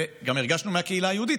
וגם הרגשנו מהקהילה היהודית,